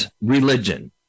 religion